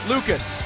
Lucas